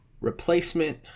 replacement